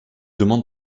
demande